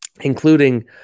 including